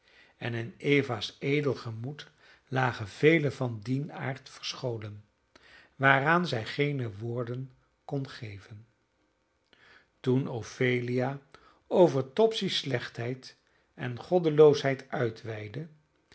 en in eva's edel gemoed lagen vele van dien aard verscholen waaraan zij geene woorden kon geven toen ophelia over topsy's slechtheid en goddeloosheid uitweidde